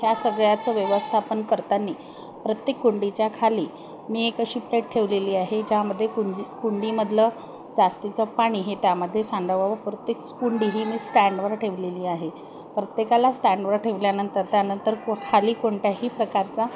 ह्या सगळ्याचं व्यवस्थापन करताना प्रत्येक कुंडीच्या खाली मी एक अशी प्लेट ठेवलेली आहे ज्यामध्ये कुंडी कुंडीमधलं जास्तीचं पाणी हे त्यामध्ये सांडावं प्रत्येक कुंडी ही मी स्टँडवर ठेवलेली आहे प्रत्येकाला स्टँडवर ठेवल्यानंतर त्यानंतर को खाली कोणत्याही प्रकारचा